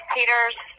Peter's